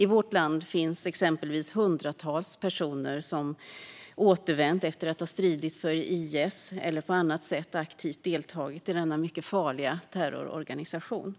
I vårt land finns exempelvis hundratals personer som återvänt efter att ha stridit för IS eller på annat sätt aktivt deltagit i denna mycket farliga terrororganisation.